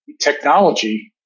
technology